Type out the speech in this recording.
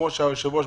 כמו שביקש היושב ראש.